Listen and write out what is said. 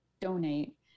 donate